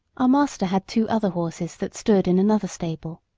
our master had two other horses that stood in another stable.